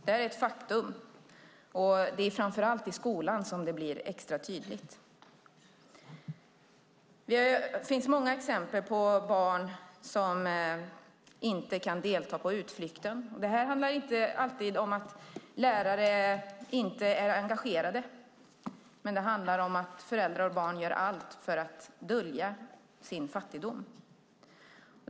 Det är ett faktum, och det är framför allt i skolan som det blir extra tydligt. Det finns många exempel på att barn inte kunnat delta på utflykter. Det handlar inte alltid om att lärare inte är engagerade, det handlar om att föräldrar och barn gör allt för att dölja sin fattigdom.